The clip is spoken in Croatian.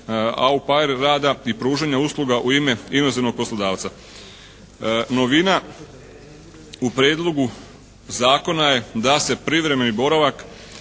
razumije./ … rada i pružanja usluga u ime inozemnog poslodavca. Novina u Prijedlogu zakona je da se privremeni boravak